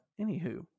anywho